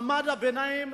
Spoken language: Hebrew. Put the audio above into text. ומעמד הביניים,